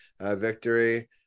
victory